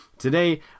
Today